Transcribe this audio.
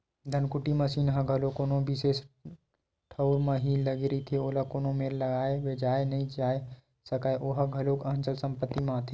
धनकुट्टी मसीन ह घलो कोनो बिसेस ठउर म ही लगे रहिथे, ओला कोनो मेर लाय लेजाय नइ जाय सकय ओहा घलोक अंचल संपत्ति म आथे